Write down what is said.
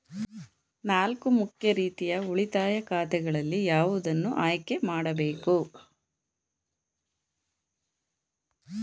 ನಾಲ್ಕು ಮುಖ್ಯ ರೀತಿಯ ಉಳಿತಾಯ ಖಾತೆಗಳಲ್ಲಿ ಯಾವುದನ್ನು ಆಯ್ಕೆ ಮಾಡಬೇಕು?